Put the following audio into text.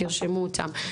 תרשמו אותן.